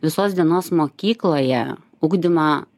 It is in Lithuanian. visos dienos mokykloje ugdymą